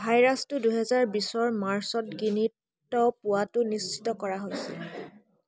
ভাইৰাছটো দুহেজাৰ বিছৰ মাৰ্চত গিনিত পোৱাটো নিশ্চিত কৰা হৈছিল